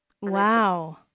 wow